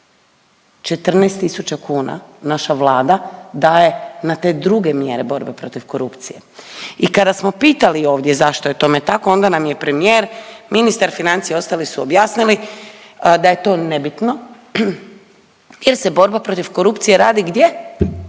14.000,00 kn naša Vlada daje na te druge mjere borbe protiv korupcije. I kada smo pitali ovdje zašto je tome tako, onda nam je premijer, ministar financija i ostali su objasnili da je to nebitno jer se borba protiv korupcije radi gdje?